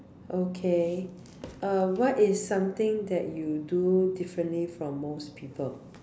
okay uh what is something that you do differently from most people